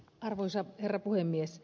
arvoisa herra puhemies